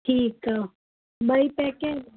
ठीकु आ्हे ॿई पैक आहिनि